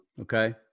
Okay